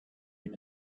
him